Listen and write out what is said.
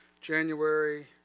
January